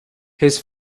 his